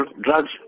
drugs